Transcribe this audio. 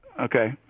Okay